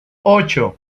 ocho